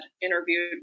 interviewed